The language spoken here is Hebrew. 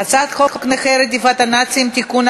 אנחנו עוברים להצעת החוק הבאה: הצעת חוק נכי רדיפות הנאצים (תיקון,